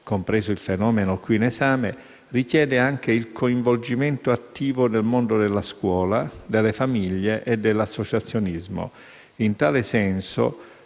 compreso il fenomeno qui in esame - richiede anche il coinvolgimento attivo del mondo della scuola, delle famiglie e dell'associazionismo. In tal senso,